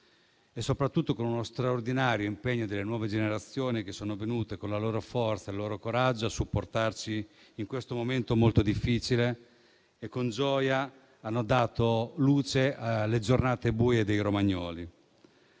soprattutto lo straordinario impegno delle nuove generazioni che sono venute con la loro forza e il loro coraggio a supportarci in un momento molto difficile e con gioia hanno dato luce alle giornate buie dei romagnoli.